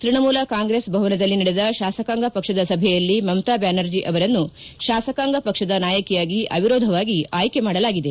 ತ್ಯಣಮೂಲ ಕಾಂಗ್ರೆಸ್ ಭವನದಲ್ಲಿ ನಡೆದ ಶಾಸಕಾಂಗ ಪಕ್ಷದ ಸಭೆಯಲ್ಲಿ ಮಮತಾ ಬ್ಯಾನರ್ಜಿ ಅವರನ್ನು ಶಾಸಕಾಂಗ ಪಕ್ಷದ ನಾಯಕಿಯಾಗಿ ಅವಿರೋಧವಾಗಿ ಆಯ್ಕೆ ಮಾಡಲಾಗಿದೆ